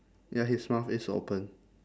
ya his mouth is open